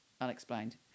unexplained